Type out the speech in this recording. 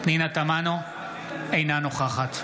אינה נוכחת